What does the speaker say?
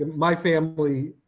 my family,